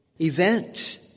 event